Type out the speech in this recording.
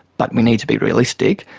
but we need to be realistic.